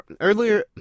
Earlier